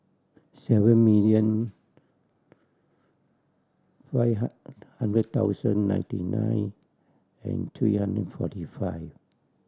seven million five hundred ninety nine and three hundred forty five